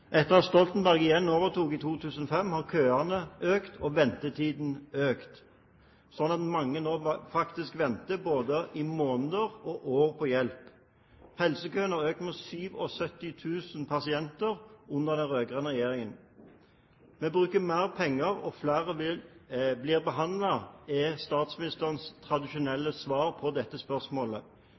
Etter at Stoltenberg igjen overtok, i 2005, har køene igjen økt, og ventetiden har økt, slik at mange nå faktisk venter både i måneder og år på hjelp. Helsekøene har økt med 77 000 pasienter under den rød-grønne regjeringen. Vi bruker mer penger, og flere blir behandlet, er statsministerens tradisjonelle svar på dette spørsmålet.